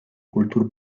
kultur